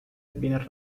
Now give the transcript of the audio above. bienes